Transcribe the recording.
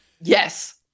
Yes